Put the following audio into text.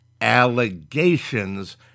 allegations